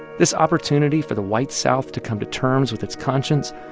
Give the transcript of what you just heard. this opportunity for the white south to come to terms with its conscience,